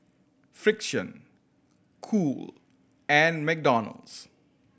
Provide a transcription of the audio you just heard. Frixion Cool and McDonald's